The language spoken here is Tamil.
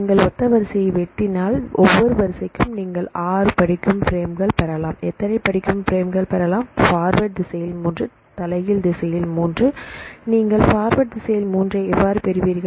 நீங்கள் ஒத்த வரிசையை வெட்டினால் ஒவ்வொரு வரிசைக்கும் நீங்கள் ஆறு படிக்கும் பிரேம்கள் பெறலாம் எத்தனை படிக்கும் பிரேம்கள் பெறலாம் ஃபார்வேர்ட் திசையில் மூன்று தலைகீழ் திசையில் 3 நீங்கள் ஃபார்வேர்ட் திசையில் 3 ஐ எவ்வாறு பெறுவீர்கள்